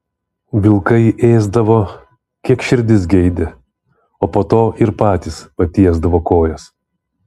vilkai ėsdavo kiek širdis geidė o po to ir patys patiesdavo kojas